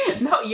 No